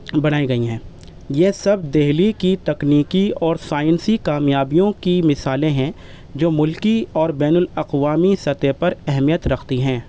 بنائی گئی ہیں یہ سب دہلی کی تکنیکی اور سائنسی کامیابیوں کی مثالیں ہیں جو ملکی اور بین الاقوامی سطح پر اہمیت رختی ہیں